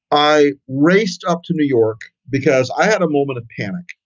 i raced up to new york because i had a moment of panic.